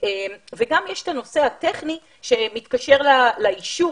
יש גם את הנושא הטכני שמתקשר לאישור